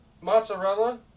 mozzarella